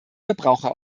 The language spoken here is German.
verbraucher